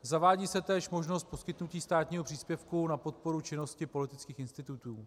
Zavádí se též možnost poskytnutí státního příspěvku na podporu činnosti politických institutů.